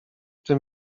tym